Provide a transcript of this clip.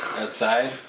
outside